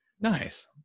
Nice